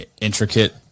intricate